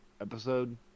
Episode